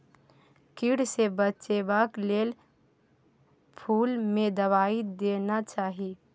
कीड़ा सँ बचेबाक लेल फुल में दवाई देना चाही